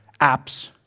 apps